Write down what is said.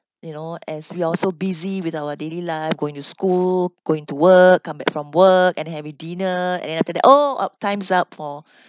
you know as we all so busy with our daily life going to school going to work come back from work and having dinner and then after that oh up time's up for